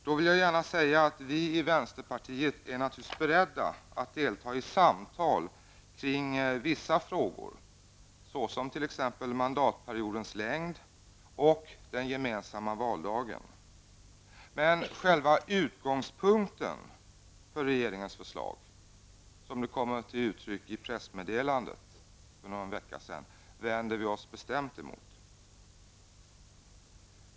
Låt mig säga att vi i vänsterpartiet är naturligtvis beredda att delta i samtal kring vissa frågor, t.ex. mandatperiodens längd och den gemensamma valdagen. Men vi vänder oss bestämt mot själva utgångspunkten för regeringens förslag så som det kommer till uttryck i pressmeddelandet för någon vecka sedan.